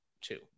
two